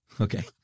Okay